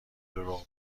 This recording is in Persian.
دروغ